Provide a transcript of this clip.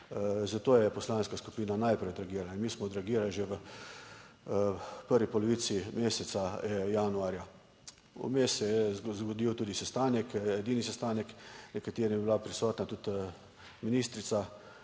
Zato je poslanska skupina najprej odreagirala. In mi smo odreagirali že v prvi polovici meseca januarja. Vmes se je zgodil tudi sestanek, edini sestanek, na katerem je bila prisotna tudi ministrica,